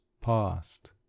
past